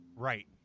Right